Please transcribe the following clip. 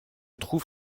trouve